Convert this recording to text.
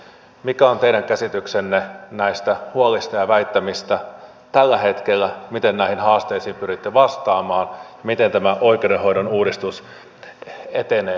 mikä on teidän käsityksenne näistä huolista ja väittämistä tällä hetkellä miten näihin haasteisiin pyritte vastaamaan ja miten tämä oikeudenhoidon uudistus etenee tällä hetkellä